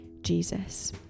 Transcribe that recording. Jesus